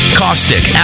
caustic